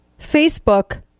Facebook